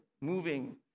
moving